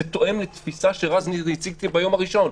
זה תואם לתפיסה שרז נזרי הציג ביום הראשון.